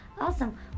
awesome